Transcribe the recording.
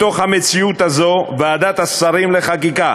בתוך המציאות הזאת ועדת השרים לחקיקה